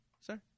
sir